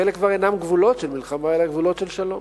חלק כבר אינם גבולות של מלחמה אלא גבולות של שלום,